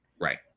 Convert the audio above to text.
Right